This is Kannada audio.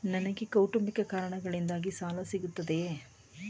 ನನಗೆ ಕೌಟುಂಬಿಕ ಕಾರಣಗಳಿಗಾಗಿ ಸಾಲ ಸಿಗುತ್ತದೆಯೇ?